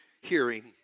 hearing